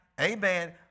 Amen